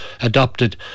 adopted